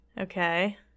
Okay